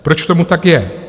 Proč tomu tak je?